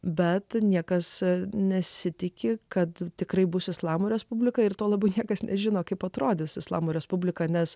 bet niekas nesitiki kad tikrai bus islamo respublika ir to labai niekas nežino kaip atrodys islamo respublika nes